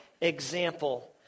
example